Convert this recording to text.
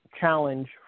challenge